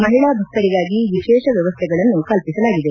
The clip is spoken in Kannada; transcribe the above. ಮಹಿಳಾ ಭಕ್ತಲಿಗಾಗಿ ವಿಶೇಷ ವ್ಯವಸ್ಥೆಗಳನ್ನು ಕಲ್ಪಸಲಾಗಿದೆ